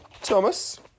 Thomas